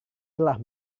telah